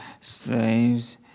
Slaves